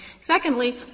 Secondly